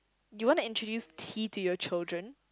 you want to introduce tea to your children